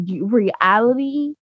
reality